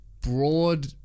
broad